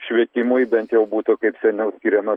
švietimui bent jau būtų kaip seniau skiriama